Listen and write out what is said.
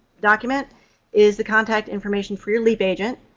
document is the contact information for your leap agent.